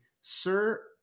Sir